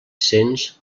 cents